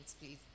please